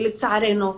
לצערנו,